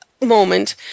moment